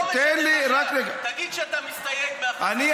התקשר אליי יו"ר ועד הידידות הפלסטיני-רוסי והזמין אותי.